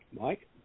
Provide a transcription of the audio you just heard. Mike